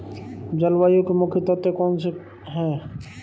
जलवायु के मुख्य तत्व कौनसे हैं?